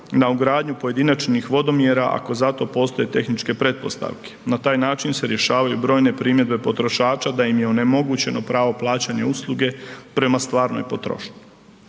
na ugradnju pojedinačnih vodomjera ako za to postoje tehničke pretpostavke. Na taj način se rješavaju brojne primjedbe potrošača da im je onemogućeno pravo plaćanja usluge prema stvarnoj potrošnji.